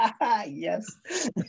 Yes